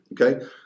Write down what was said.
okay